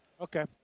Okay